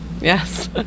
Yes